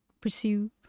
Pursue